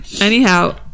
Anyhow